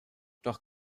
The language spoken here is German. doch